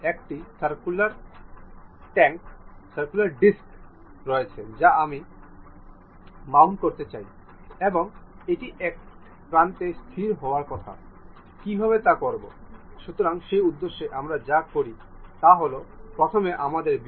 এটি এই কম্প্রেশন মানের জন্য জিজ্ঞাসা করে আমরা ঠিক হয়ে যাব